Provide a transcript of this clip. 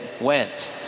went